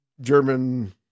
German